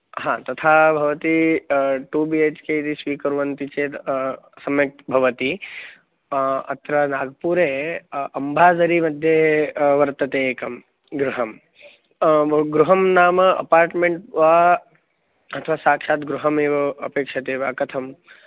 हा तथा भवती टु बिहेच्के इति स्वीकुर्वन्ति चेत् सम्यक् भवति अत्र नागपुरे अम्भाज़रिमध्ये वर्तते एकं गृहं गृहं नाम अपार्ट्मेण्ट् वा अथवा साक्षात् गृहमेव अपेक्षते वा कथम्